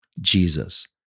Jesus